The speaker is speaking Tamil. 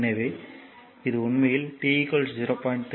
எனவே இது உண்மையில் t 0